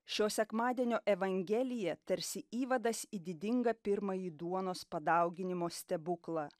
šio sekmadienio evangelija tarsi įvadas į didingą pirmąjį duonos padauginimo stebuklą